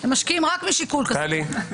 הם משקיעים רק משיקול כספי.